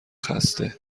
خسته